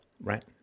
right